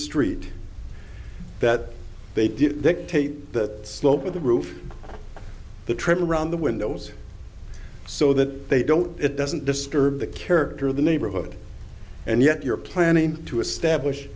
street that they didn't dictate the slope of the roof the trim around the windows so that they don't it doesn't disturb the character of the neighborhood and yet you're planning to establish